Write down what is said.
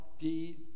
deed